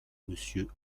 monsieur